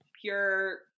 pure